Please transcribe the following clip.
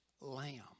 lamb